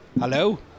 Hello